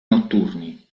notturni